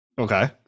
Okay